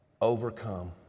overcome